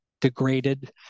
degraded